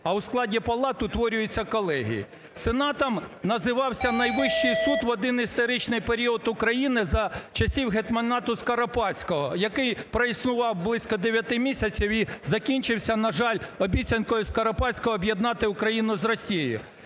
а у складі палат утворюються колегії. Сенатом назвався найвищий суд в один історичний період України за часів гетьманату Скоропадського, який проіснував близько 9 місяців і закінчився, на жаль, обіцянкою Скоропадського об'єднати Україну з Росією.